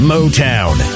Motown